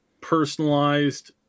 personalized